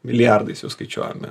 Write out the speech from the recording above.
milijardais jau skaičiuojame